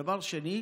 דבר שני,